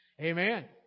Amen